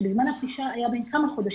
שבזמן הפלישה היה בן כמה חודשים,